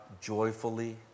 joyfully